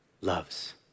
loves